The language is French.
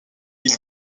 ils